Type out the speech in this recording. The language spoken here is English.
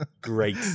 Great